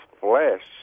flesh